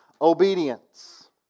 obedience